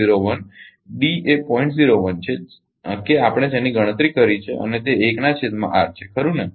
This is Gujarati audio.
01 છે કે આપણે જેની ગણતરી કરી છે અને તે 1 નાં છેદમાં R છે ખરુ ને